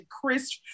Chris